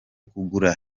kugura